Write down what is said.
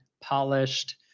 polished